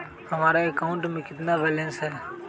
हमारे अकाउंट में कितना बैलेंस है?